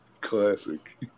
classic